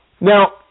Now